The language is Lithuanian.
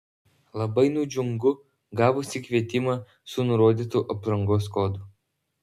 labai nudžiungu gavusi kvietimą su nurodytu aprangos kodu